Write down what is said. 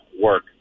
work